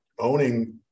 Owning